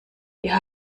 wir